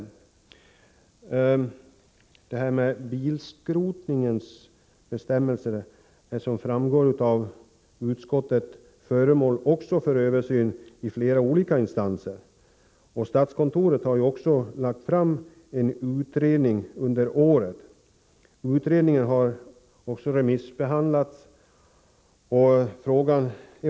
Bestämmelserna för bilskrotning är, som framgår av utskottets skrivning, föremål för översyn av flera olika instanser. Vidare har statskontoret under året lagt fram en utredning av frågan, och utredningsbetänkandet har remissbehandlats.